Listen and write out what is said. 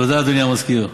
תודה, אדוני המזכיר.